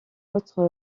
autres